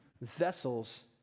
vessels